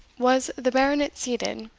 was the baronet seated,